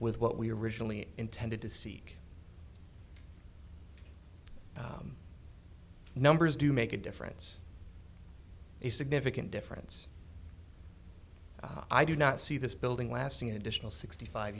with what we originally intended to seek numbers do make a difference a significant difference i do not see this building lasting additional sixty five